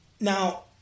Now